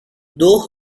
though